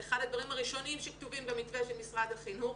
אחד הדברים הראשונים שכתובים במתווה של משרד החינוך,